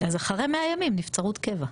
אז אחרי 100 ימים נבצרות קבע.